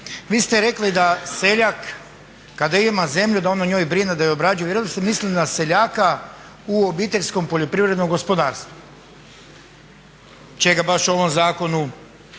vi ste rekli da seljak kada ima zemlju da on o njoj brine, da je obrađuje. Vjerojatno ste mislili na seljaka u obiteljskom poljoprivrednom gospodarstvu. Čega baš u ovom zakonu